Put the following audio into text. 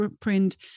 print